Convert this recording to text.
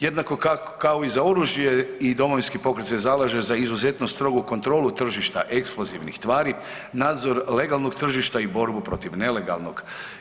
Jednako kao i za oružje i Domovinski pokret se zalaže za izuzetno strogu kontrolu tržišta eksplozivnih tvari, nadzor legalnog tržišta i borbu protiv nelegalnog.